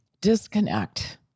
disconnect